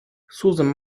suzanne